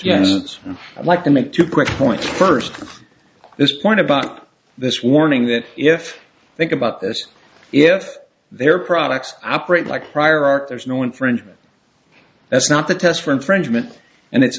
not like to make two quick points first this point about this warning that if i think about this if their products operate like prior art there is no infringement that's not the test for infringement and it's